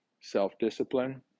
Self-discipline